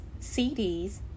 CDs